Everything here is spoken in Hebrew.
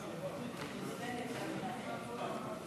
בבקשה, שלוש דקות לרשותך.